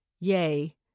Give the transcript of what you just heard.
yea